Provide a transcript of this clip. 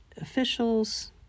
officials